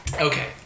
Okay